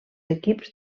equips